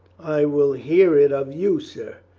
i will hear it of you, sir.